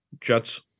Jets